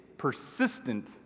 persistent